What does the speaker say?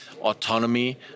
autonomy